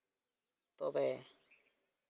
ᱛᱚᱵᱮ